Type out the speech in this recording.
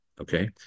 Okay